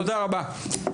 תודה רבה.